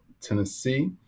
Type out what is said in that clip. Tennessee